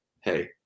hey